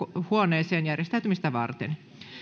huoneeseen järjestäytymistä varten